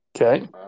Okay